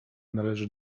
należy